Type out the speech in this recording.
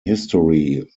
history